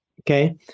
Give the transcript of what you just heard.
Okay